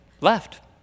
left